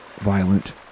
violent